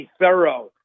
thorough